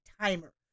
timer